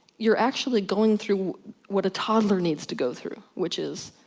you're actually going through what a toddler needs to go through. which is,